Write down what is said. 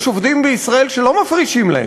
יש עובדים בישראל שלא מפרישים להם,